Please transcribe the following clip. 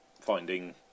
finding